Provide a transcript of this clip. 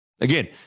Again